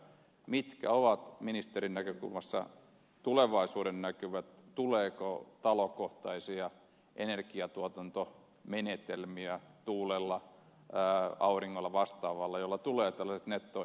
mitkä ovat ministerin näkökulmasta tulevaisuudennäkymät tuleeko talokohtaisia energiatuotantomenetelmiä tuulella auringolla vastaavilla joilla tulee tällaiset nettoenergiamittarit